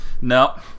no